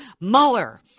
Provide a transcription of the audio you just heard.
mueller